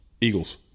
Eagles